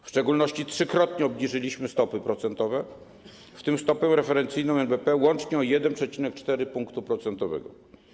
W szczególności trzykrotnie obniżyliśmy stopy procentowe, w tym stopę referencyjną NBP, łącznie o 1,4 punktu procentowego.